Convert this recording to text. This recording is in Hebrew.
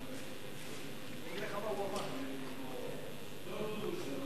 חוק ההוצאה לפועל (תיקון מס' 33),